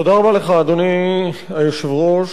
אדוני היושב-ראש,